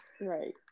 Right